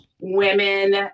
women